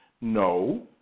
No